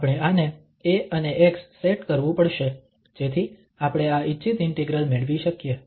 આપણે આને a અને x સેટ કરવું પડશે જેથી આપણે આ ઇચ્છિત ઇન્ટિગ્રલ મેળવી શકીએ